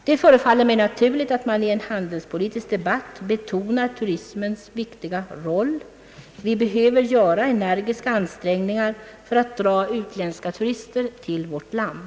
Det förefaller mig naturligt att man i en handelspolitisk debatt betonar turismens viktiga roll. Vi behöver göra energiska ansträngningar för att dra utländska turister till vårt land.